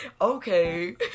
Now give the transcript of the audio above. Okay